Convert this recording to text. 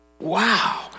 Wow